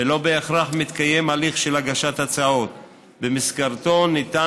ולא בהכרח מתקיים הליך של הגשת הצעות שבמסגרתו ניתן